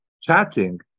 chatting